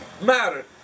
matter